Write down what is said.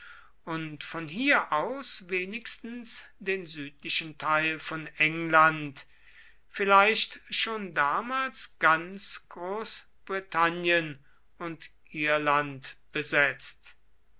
und von hier aus wenigstens den südlichen teil von england vielleicht schon damals ganz großbritannien und irland besetzt